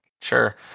sure